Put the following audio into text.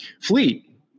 Fleet